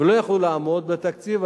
ולא יכלו לעמוד בתשלום,